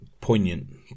poignant